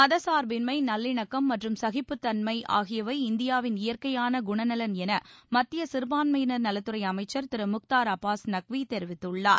மதச்சார்பின்மை நல்லிணக்கம் மற்றும் சகிப்புத்தன்மை ஆகியவை இந்தியாவின் இயற்கையான குணநலன் என மத்திய சிறுபான்மையினர் நலத்துறை அமைச்சர் திரு முக்தார் அப்பாஸ் நக்வி தெரிவித்துள்ளார்